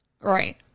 Right